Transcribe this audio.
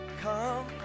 Come